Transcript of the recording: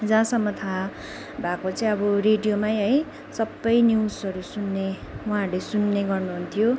जहाँसम्म थाहा भएको चाहिँ अब रेडियोमै है सबै न्युजहरू सुन्ने उहाँहरूले सुन्ने गर्नुहुन्थ्यो